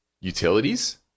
utilities